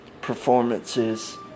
performances